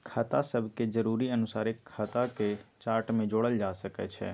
खता सभके जरुरी अनुसारे खता के चार्ट में जोड़ल जा सकइ छै